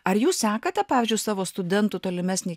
ar jūs sekate pavyzdžiui savo studentų tolimesnį